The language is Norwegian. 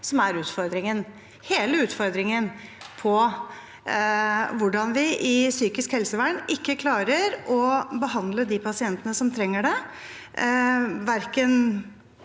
– hele utfordringen – for hvordan vi innen psykisk helsevern ikke klarer å behandle de pasientene som trenger det,